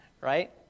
Right